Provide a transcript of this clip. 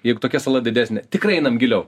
jeigu tokia sala didesnė tikrai einam giliau